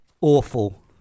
Awful